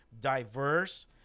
diverse